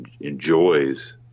Enjoys